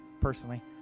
personally